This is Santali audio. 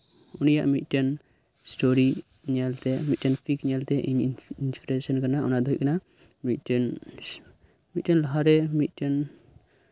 ᱩᱱᱤᱭᱟᱜ ᱢᱤᱫ ᱴᱮᱱ ᱥᱴᱳᱨᱤ ᱧᱮᱞᱛᱮ ᱢᱤᱫ ᱴᱮᱱ ᱯᱤᱠ ᱧᱮᱞᱛᱮ ᱤᱧ ᱤᱱᱥ ᱤᱱᱥᱯᱨᱮᱥᱮᱱ ᱟᱠᱟᱱᱟ ᱚᱱᱟ ᱫᱚ ᱦᱩᱭᱩᱜ ᱠᱟᱱᱟ ᱢᱤᱫ ᱴᱮᱱ ᱞᱟᱦᱟᱨᱮ ᱢᱤᱫ ᱴᱮᱱ